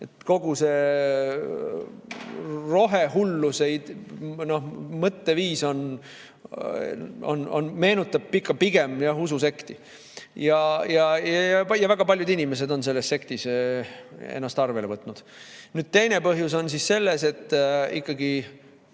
Kogu see rohehulluse mõtteviis meenutab pigem ususekti. Ja väga paljud inimesed on selles sektis ennast arvele võtnud. Teine põhjus on see, et kui